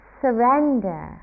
surrender